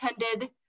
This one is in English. attended